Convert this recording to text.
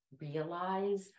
realize